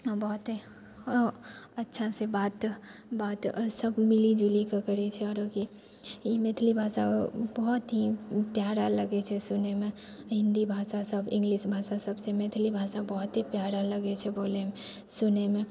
बहुते अच्छासँ बात सब मिलीजुली कऽ करै छै आओर सब ई मैथिली भाषा बहुत ही प्यारा लगै छै सुनैमे हिन्दी भाषा सब इंग्लिश भाषा सबसँ मैथिली भाषा बहुत ही प्यारा लगै छै बोलैमे सुनैमे